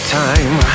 time